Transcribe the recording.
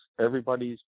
everybody's